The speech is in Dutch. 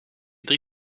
drie